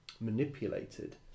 manipulated